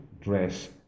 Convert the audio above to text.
dress